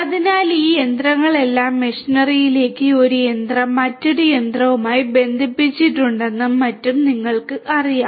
അതിനാൽ ഈ യന്ത്രങ്ങളെല്ലാം മെഷിനറിയിലേക്ക് ഒരു യന്ത്രം മറ്റൊരു യന്ത്രവുമായി ബന്ധിപ്പിച്ചിട്ടുണ്ടെന്നും മറ്റും നിങ്ങൾക്ക് അറിയാം